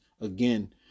again